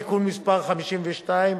(תיקון מס' 52),